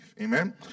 Amen